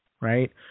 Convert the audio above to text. right